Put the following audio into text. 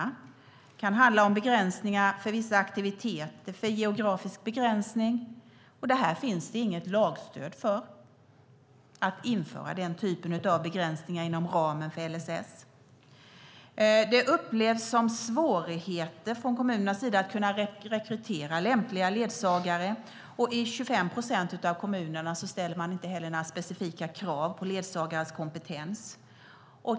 Det kan handla om begränsningar för vissa aktiviteter och geografisk begränsning. Det finns inget lagstöd för att införa denna typ av begränsningar inom ramen för LSS. Det upplevs som svårt från kommunernas sida att kunna rekrytera lämpliga ledsagare. I 25 procent av kommunerna ställer man inga specifika krav på ledsagarnas kompetens.